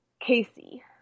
casey